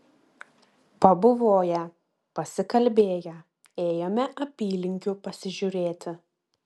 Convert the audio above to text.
pabuvoję pasikalbėję ėjome apylinkių pasižiūrėti